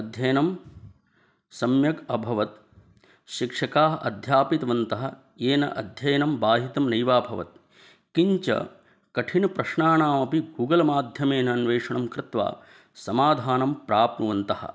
अध्ययनं सम्यक् अभवत् शिक्षकाः अध्यापितवन्तः येन अध्ययनविहितं नैवाभवत् किञ्च कठिनप्रश्नानामपि गुगलमाध्यमेन अन्वेषणं कृत्वा समाधानं प्राप्नुवन्तः